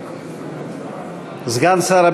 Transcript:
זכרו